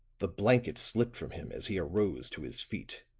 the blanket slipped from him as he arose to his feet